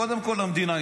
קודם כול המדינה.